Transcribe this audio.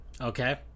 Okay